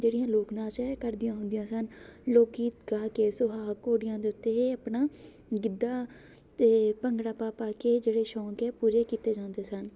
ਜਿਹੜੀਆਂ ਲੋਕ ਨਾਚ ਹੈ ਇਹ ਕਰਦੀਆਂ ਹੁੰਦੀਆਂ ਸਨ ਲੋਕ ਗੀਤ ਗਾ ਕੇ ਸੁਹਾਗ ਘੋੜੀਆਂ ਦੇ ਉੱਤੇ ਇਹ ਆਪਣਾ ਗਿੱਧਾ ਅਤੇ ਭੰਗੜਾ ਪਾ ਪਾ ਕੇ ਜਿਹੜੇ ਸ਼ੌਂਕ ਹੈ ਪੂਰੇ ਕੀਤੇ ਜਾਂਦੇ ਸਨ